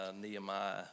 Nehemiah